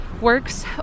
works